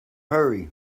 hurry